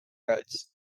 roads